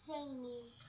Jamie